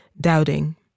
doubting